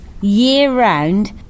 year-round